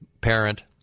parent